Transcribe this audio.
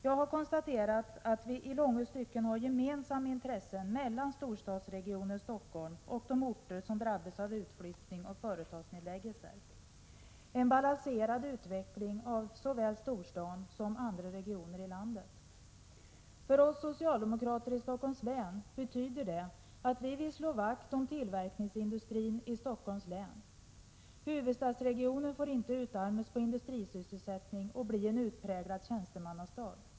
Jag har konstaterat att storstadsregionen Stockholm och de orter som drabbas av utflyttning och företagsnedläggelser har ett gemensamt intresse: en balanserad utveckling av såväl storstaden som andra regioner i landet. För oss socialdemokrater i Stockholms län betyder det att vi vill slå vakt om tillverkningsindustrin i länet. Huvudstadsregionen får inte utarmas på industrisysselsättning och bli en utpräglad tjänstemannastad.